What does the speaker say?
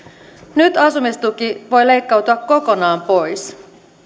nyt asumistuki voi leikkautua kokonaan pois